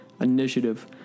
initiative